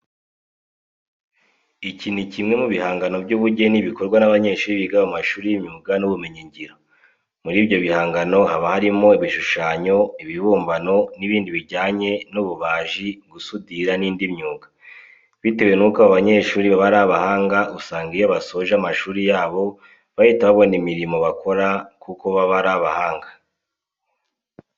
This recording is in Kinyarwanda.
Iki ni kimwe mu bihangano by'ubugeni bikorwa n'abanyeshuri biga mu mashuri y'imyuga n'ibumenyingiro. Muri ibyo bihangano haba harimo ibishushanyo, ibibumbano n'ibindi bijyanye n'ububaji, gusudira n'indi myuga. Bitewe nuko aba banyeshuri baba ari abahanga usanga iyo basoje amashuri yabo bahita babona imirimo bakora kuko baba ari abahanga.